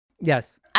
Yes